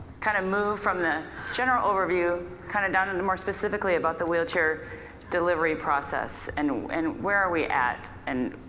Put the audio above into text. kind of move from the general overview kinda down to and the more specifically about the wheelchair delivery process and and where are we at and